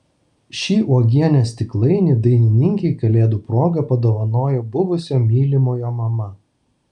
šį uogienės stiklainį dainininkei kalėdų proga padovanojo buvusio mylimojo mama